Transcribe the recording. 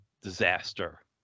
disaster